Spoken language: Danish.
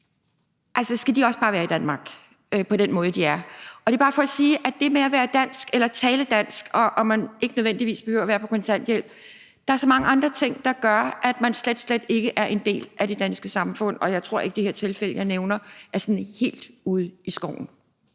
Skal de også bare være i Danmark på den måde, de er? Det er bare for at sige til det med at være dansk og tale dansk, og at man ikke nødvendigvis behøver at være på kontanthjælp, at der er så mange andre ting, der gør, at man slet, slet ikke er en del af det danske samfund, og jeg tror ikke, at det tilfælde, jeg nævner, er sådan helt ude i skoven.